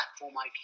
platform